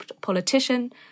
politician